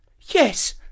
Yes